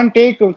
take